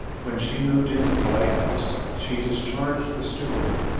when she moved into the white house, she discharged the steward,